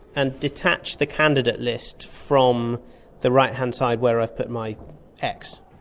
and detach the candidate list from the right-hand side where i've put my x,